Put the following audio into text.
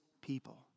people